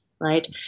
right